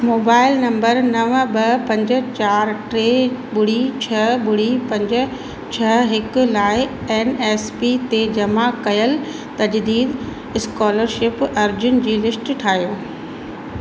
mobile number नव ॿ पंज चार टे ॿुड़ी छह ॿुड़ी पंज छह हिक लाइ एन एस पी ते जमा कयल तज़दीक स्कोलरशिप अर्ज़ियुन जी लिस्ट ठाहियो